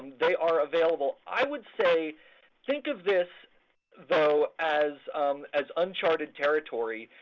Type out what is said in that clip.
they are available. i would say think of this though as as uncharted territory.